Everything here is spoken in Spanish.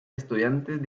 estudiantes